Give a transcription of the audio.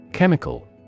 Chemical